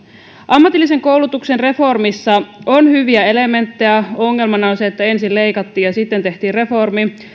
ammatillisen koulutuksen reformissa on hyviä elementtejä ongelmana on se että ensin leikattiin ja sitten tehtiin reformi